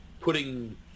putting